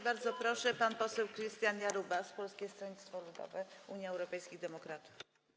Bardzo proszę, pan poseł Krystian Jarubas, Polskie Stronnictwo Ludowe - Unia Europejskich Demokratów.